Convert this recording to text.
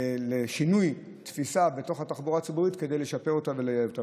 לשינוי תפיסה בתוך התחבורה הציבורית כדי לשפר אותה ולייעל אותה.